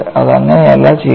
അത് അങ്ങനെയല്ല ചെയ്യുന്നത്